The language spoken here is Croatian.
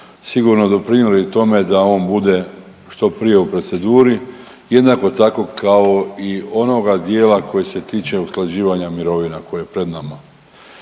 sigurno doprinijeli tome da on bude što prije u proceduri, jednako tako kao i onoga dijela koji se tiče usklađivanja mirovina koji je pred nama.